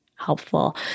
helpful